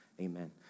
amen